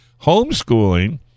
homeschooling